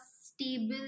stable